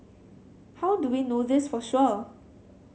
how do we know this for sure